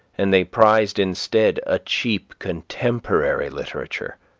and they prized instead a cheap contemporary literature.